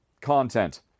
content